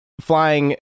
flying